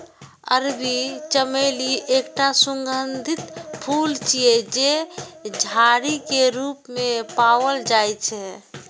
अरबी चमेली एकटा सुगंधित फूल छियै, जे झाड़ी के रूप मे पाओल जाइ छै